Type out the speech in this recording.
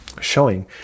showing